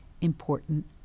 important